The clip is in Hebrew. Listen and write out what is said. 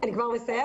אני כבר מסיימת